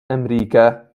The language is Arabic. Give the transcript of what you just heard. أمريكا